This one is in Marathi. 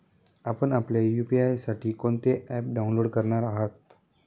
आपण आपल्या यू.पी.आय साठी कोणते ॲप डाउनलोड करणार आहात?